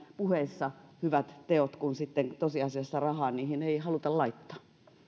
puheissa hyvät teot kun sitten tosiasiassa rahaa niihin ei haluta laittaa